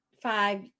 five